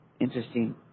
Interesting